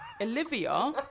Olivia